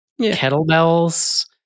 kettlebells